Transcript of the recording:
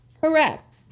correct